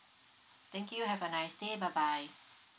thank you have a nice day bye bye